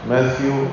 Matthew